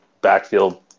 backfield